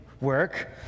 Work